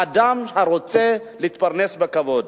האדם שרוצה להתפרנס בכבוד.